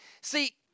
See